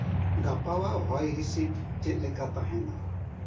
ᱜᱟᱯᱟ ᱟᱜ ᱦᱚᱭᱼᱦᱤᱥᱤᱫ ᱪᱮᱫ ᱞᱮᱠᱟ ᱛᱟᱦᱮᱱᱟ